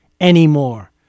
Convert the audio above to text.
anymore